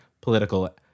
political